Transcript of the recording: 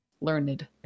Learned